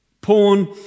Porn